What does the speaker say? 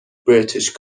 british